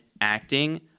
acting